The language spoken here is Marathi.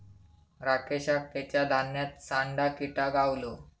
राकेशका तेच्या धान्यात सांडा किटा गावलो